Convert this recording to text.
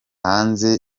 hanze